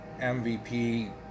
MVP